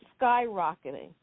skyrocketing